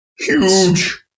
Huge